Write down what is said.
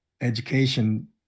education